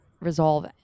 resolve